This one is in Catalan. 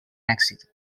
èxit